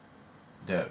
that